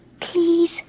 Please